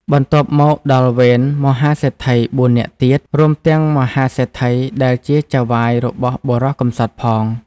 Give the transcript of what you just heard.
បន្ទាប់មកដល់វេនមហាសេដ្ឋី ៤ នាក់ទៀត រួមទាំងមហាសេដ្ឋីដែលជាចៅហ្វាយរបស់បុរសកំសត់ផង។